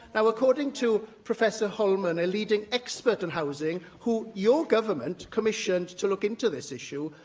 now, according to professor holman, a leading expert on housing who your government commissioned to look into this issue,